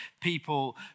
people